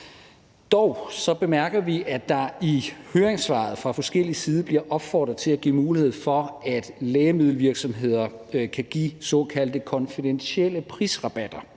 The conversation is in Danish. Dog bemærker vi, at der i høringssvaret fra forskellig side bliver opfordret til at give mulighed for, at lægemiddelvirksomheder kan give såkaldte konfidentielle prisrabatter